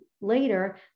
later